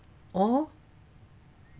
oh